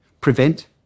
prevent